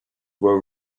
were